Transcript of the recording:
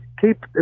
keep